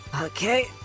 Okay